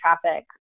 traffic